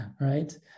right